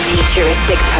Futuristic